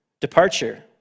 departure